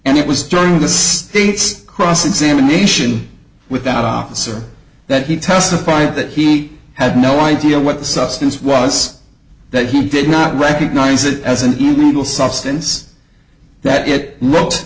and it was during the state's cross examination with that officer that he testified that he had no idea what the substance was that he did not recognize it as an illegal substance that it looked